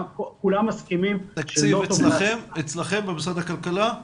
התקציב אצלכם במשרד הכלכלה?